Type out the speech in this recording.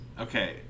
Okay